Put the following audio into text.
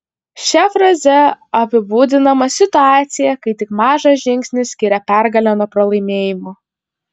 šia fraze apibūdinama situacija kai tik mažas žingsnis skiria pergalę nuo pralaimėjimo